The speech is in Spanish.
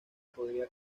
podría